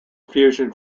fusion